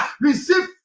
Receive